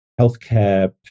healthcare